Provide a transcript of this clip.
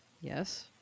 Yes